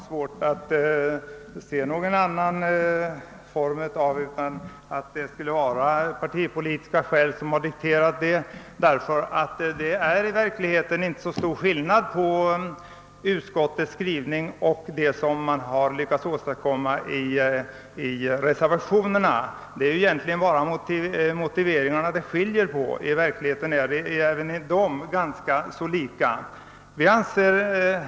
Herr talman! Jag har svårt att se att något annat än partipolitiska skäl kan ha dikterat reservationerna, eftersom skillnaden mellan vad utskottet skriver och vad man har lyckats åstadkomma i reservationerna i själva verket inte är så stor. Det är egentligen bara i fråga om motiveringarna det skiljer.